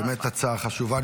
באמת הצעה חשובה.